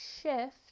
shift